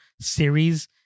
series